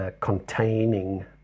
containing